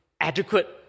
adequate